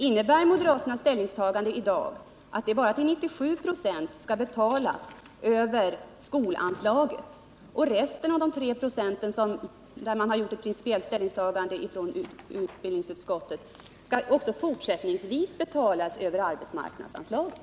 Innebär moderaternas ställningstagande att bara 97 96 av platserna skall betalas över skolanslaget och att resterande 3 96, i fråga om vilka man gjort ett principiellt ställningstagande i utbildningsutskottet, också fortsättningsvis skall betalas över arbetsmarknadsanslaget?